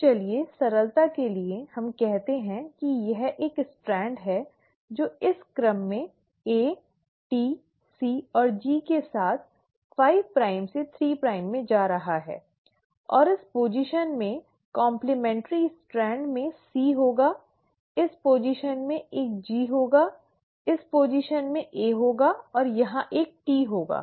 तो चलिए सरलता के लिए हम कहते हैं कि यह एक स्ट्रैंड है जो इस क्रम से A T C और G के साथ 5 प्राइम से 3 प्राइम में जा रहा है फिर इस स्थिति में कॉम्प्लिमे᠎̮न्ट्रि स्ट्रैंड में C होगा इस स्थिति में एक G होगा इस स्थिति में A होगा और यहाँ एक T होगा